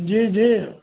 जी जी